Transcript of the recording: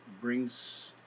brings